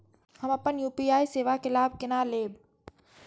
हम अपन यू.पी.आई सेवा के लाभ केना लैब?